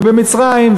ובמצרים,